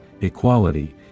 equality